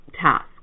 task